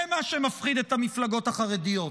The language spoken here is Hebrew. זה מה שמפחיד את המפלגות החרדיות,